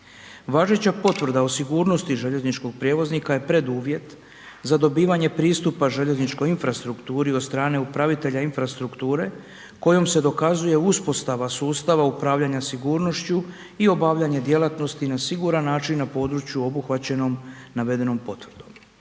Važeća potvrda o sigurnosti željezničkog prijevoznika je preduvjet za dobivanje pristupa željezničkoj infrastrukturi od strane upravitelja infrastrukture kojom se dokazuje uspostava sustava upravljanja sigurnošću i obavljanje djelatnosti na siguran način na području obuhvaćenom navedenom potvrdom.